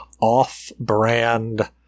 off-brand –